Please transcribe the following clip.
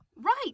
Right